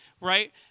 right